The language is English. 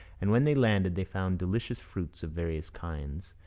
and when they landed they found delicious fruits of various kinds,